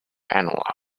analogue